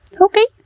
OKAY